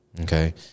Okay